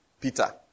Peter